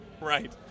Right